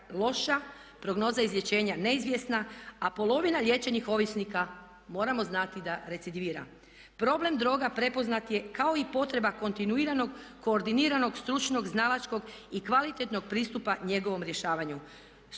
loša, prognoza izlječenja neizvjesna, a polovina liječenih ovisnika moramo znati da recidivira. Problem droga prepoznat je kao i potreba kontinuiranog koordiniranog stručnog znalačkog i kvalitetnog pristupa njegovom rješavanju.